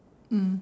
mm